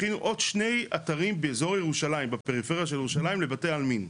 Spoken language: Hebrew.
הכינו עוד שני אתרים באזור ירושלים בפריפריה של ירושלים לבתי העלמין.